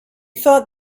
thought